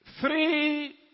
Three